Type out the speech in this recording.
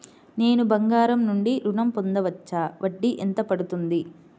నేను బంగారం నుండి ఋణం పొందవచ్చా? వడ్డీ ఎంత పడుతుంది?